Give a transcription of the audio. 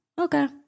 okay